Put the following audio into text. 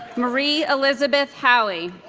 marie elizabeth howey